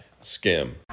skim